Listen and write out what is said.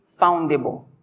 foundable